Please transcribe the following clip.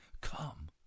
Come